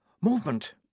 Movement